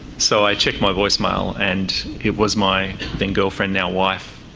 so i checked my voicemail and it was my then girlfriend, now wife,